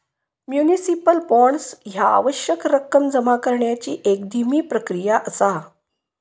municipal bonds ह्या आवश्यक रक्कम जमा करण्याची एक धीमी प्रक्रिया असा